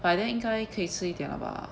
by then 应该可以吃一点了吧